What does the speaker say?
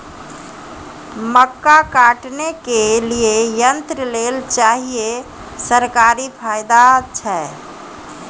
मक्का काटने के लिए यंत्र लेल चाहिए सरकारी फायदा छ?